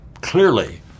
clearly